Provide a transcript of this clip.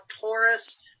Taurus